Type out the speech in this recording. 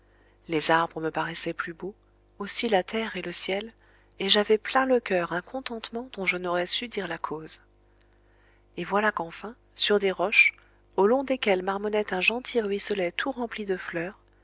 les arbres me paraissaient plus beaux aussi la terre et le ciel et j'avais plein le coeur un contentement dont je n'aurais su dire la cause et voilà qu'enfin sur des roches au long desquelles marmonnait un gentil ruisselet tout rempli de fleurs